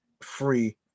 free